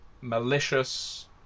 malicious